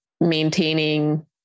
maintaining